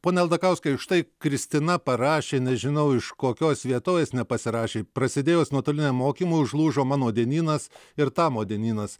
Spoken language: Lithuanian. pone aldakauskas štai kristina parašė nežinau iš kokios vietovės nepasirašė prasidėjus nuotoliniam mokymui užlūžo mano dienynas ir tamo dienynas